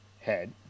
head